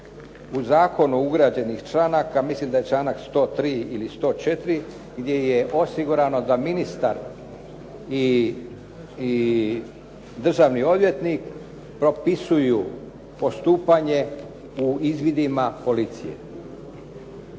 u zakonu ugrađenih članaka, mislim da je članak 103. ili 104. gdje je osigurano da ministar i državni odvjetnik propisuju postupanje u izvidima policije.